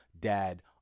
dad